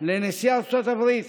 לנשיא ארצות הברית